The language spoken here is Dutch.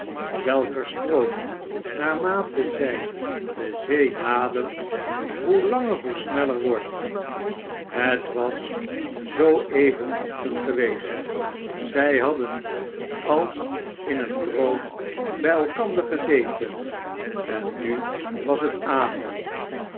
welker stroom naarmate zij de zee nadert hoe langer hoe sneller wordt het was zoo even ochtend geweest zij hadden als in een droom bij elkander gezeten en nu was het avond